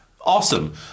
Awesome